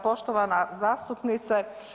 Poštovana zastupnice.